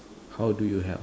how do you help